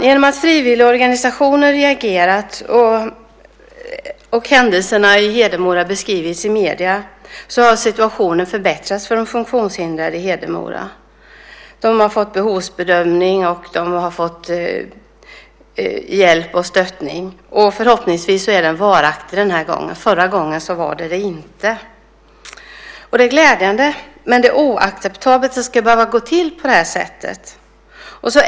Genom att frivilligorganisationer reagerat och händelserna i Hedemora beskrivits i medierna har situationen förbättrats för de funktionshindrade i Hedemora. De har fått behovsbedömning, och de har fått hjälp och stöttning. Förhoppningsvis är den varaktig den här gången. Förra gången var den inte det. Detta är glädjande, men det är ändå oacceptabelt att det ska behöva gå till på det här sättet.